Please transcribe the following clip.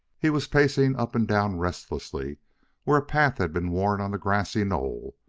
he was pacing up and down restlessly where a path had been worn on the grassy knoll,